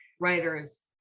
writers